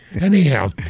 Anyhow